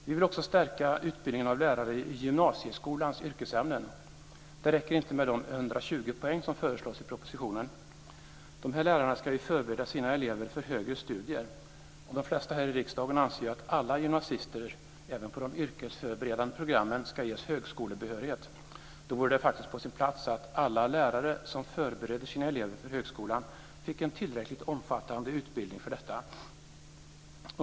Vi vill också stärka utbildningen av lärare i gymnasieskolans yrkesämnen. Det räcker inte med de 120 poäng som föreslås i propositionen. De här lärarna ska ju förbereda sina elever för högre studier. De flesta här i riksdagen anser ju att alla gymnasister, även de som går på de yrkesförberedande programmen, ska ges högskolebehörighet. Då vore det faktiskt på sin plats att alla lärare som förbereder sina elever för högskolan fick en tillräckligt omfattande utbildning för detta.